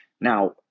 Now